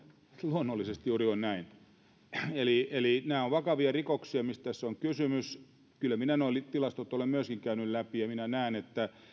luonnollisesti juuri näin on eli nämä ovat vakavia rikoksia mistä tässä on kysymys kyllä minä nuo tilastot olen myöskin käynyt läpi ja minä näen että